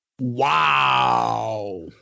Wow